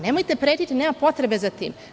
Nemojte pretiti, nema potrebe za tim.